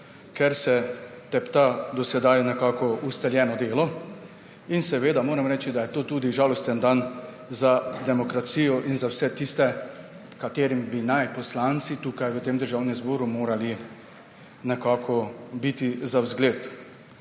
ker se tepta do sedaj ustaljeno delo. Moram reči, da je to tudi žalosten dan za demokracijo in za vse tiste, ki bi jim poslanci tukaj v Državnem zboru morali biti za vzgled.